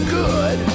good